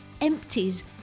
empties